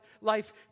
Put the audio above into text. life